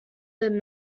than